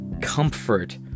comfort